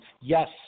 Yes